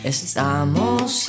Estamos